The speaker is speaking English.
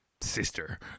sister